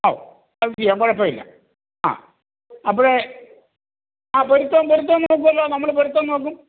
ഓ അത് ചെയ്യാം കുഴപ്പം ഇല്ല ആ അപ്പോഴേ ആ പൊരുത്തം പൊരുത്തം നോക്കുമല്ലോ നമ്മൾ പൊരുത്തം നോക്കും